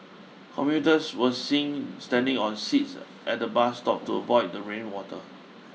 commuters were seen standing on seats at the bus stop to avoid the rain water